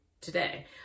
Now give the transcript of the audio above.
today